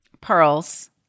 pearls